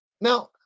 Now